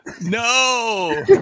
No